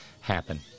happen